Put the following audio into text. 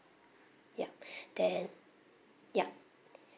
yup then yup